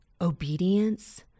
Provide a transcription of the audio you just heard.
obedience